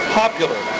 popular